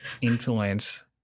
influence